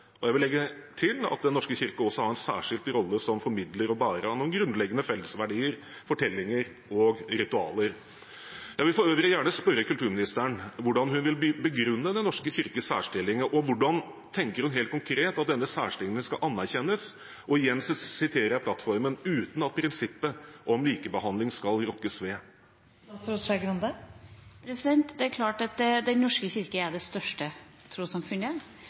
Jeg vil legge til at Den norske kirke også har en særskilt rolle som formidler og bærer av noen grunnleggende fellesverdier, fortellinger og ritualer. Jeg vil for øvrig gjerne spørre kulturministeren hvordan hun vil begrunne Den norske kirkes særstilling. Og hvordan tenker hun helt konkret at denne særstillingen skal «anerkjennes» – og igjen siterer jeg plattformen – «uten at prinsippet om likebehandling skal rokkes ved»? Den norske kirke er det største trossamfunnet. Det betyr at den